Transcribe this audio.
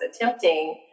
attempting